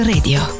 Radio